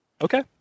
Okay